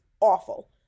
awful